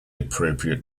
appropriate